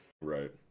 Right